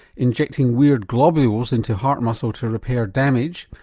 injecting weird globules into heart muscle to repair damage.